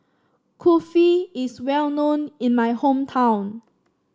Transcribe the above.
kulfi is well known in my hometown